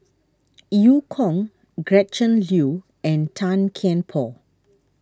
Eu Kong Gretchen Liu and Tan Kian Por